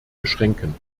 beschränken